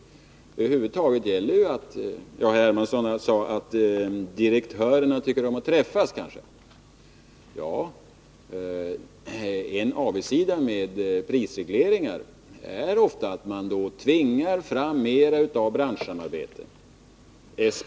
Herr Hermansson sade att direktörerna kanske tycker om att träffas. Ja, en avigsida med prisregleringar är ofta att mer av branschsamarbete framtvingas.